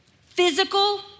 Physical